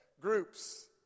groups